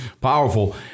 powerful